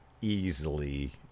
Easily